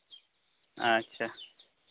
ᱟᱪᱪᱷᱟ